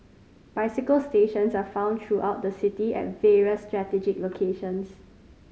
bicycle stations are found throughout the city at various strategic locations